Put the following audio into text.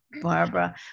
Barbara